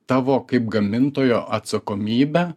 tavo kaip gamintojo atsakomybę